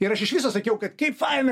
ir aš iš viso sakiau kad kaip faina